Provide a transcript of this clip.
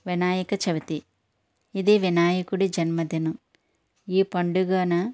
వినాయకచవితి ఇది వినాయకుడి జన్మదినం ఈ పండుగన